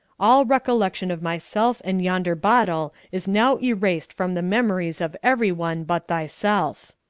all recollection of myself and yonder bottle is now erased from the memories of every one but thyself.